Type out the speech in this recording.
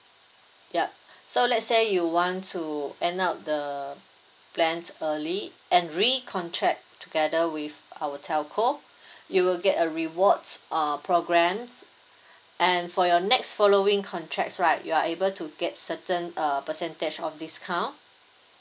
yup so let's say you want to end up the plan early and recontract together with our telco you will get a rewards uh program and for your next following contracts right you are able to get certain uh percentage of discount